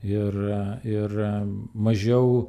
ir ir mažiau